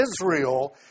Israel